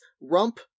rump